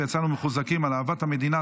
ויצאנו מחוזקים על אהבת המדינה,